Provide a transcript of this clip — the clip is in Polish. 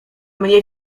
mnie